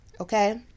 okay